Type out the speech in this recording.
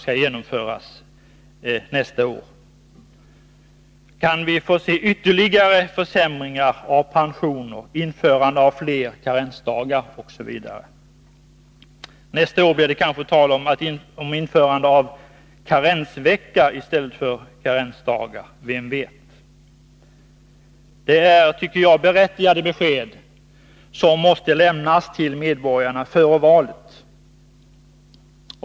Kommer vi då att få se ytterligare försämringar av pensioner, införande av fler karensdagar osv.? Nästa år blir det kanske tal om införande av karensvecka i stället för karensdagar — vem vet? Det är berättigade frågor, tycker jag, och besked måste lämnas till medborgarna före valet.